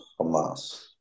Hamas